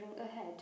ahead